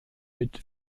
mit